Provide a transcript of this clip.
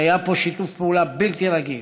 כי היה פה שיתוף פעולה בלתי רגיל.